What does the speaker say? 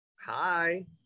Hi